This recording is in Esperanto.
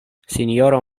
sinjoro